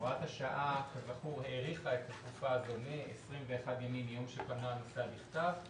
הוראת השעה כזכור האריכה את התקופה הזו מ-21 ימים מיום שפנה הנוסע בכתב,